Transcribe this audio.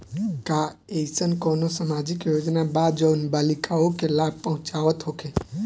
का एइसन कौनो सामाजिक योजना बा जउन बालिकाओं के लाभ पहुँचावत होखे?